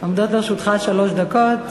עומדות לרשותך שלוש דקות.